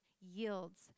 yields